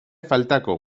faltako